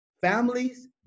families